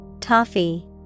Toffee